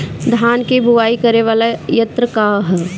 धान के बुवाई करे वाला यत्र का ह?